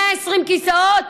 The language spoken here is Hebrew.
120 כיסאות,